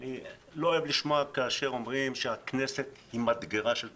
אני לא אוהב לשמוע שאומרים שהכנסת היא מדגרה של קורונה.